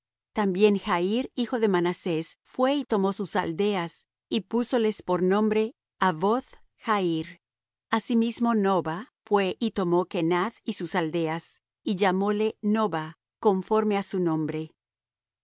también jair hijo de manasés fué y tomó sus aldeas y púsoles por nombre havoth jair asimismo noba fué y tomó á kenath y sus aldeas y llamóle noba conforme á su nombre